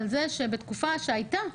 על התקופה שהייתה.